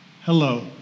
Hello